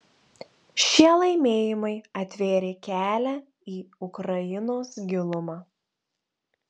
šie laimėjimai atvėrė kelią į ukrainos gilumą